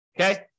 Okay